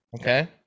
Okay